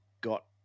got